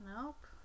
Nope